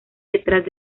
detrás